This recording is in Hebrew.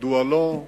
מדוע לא?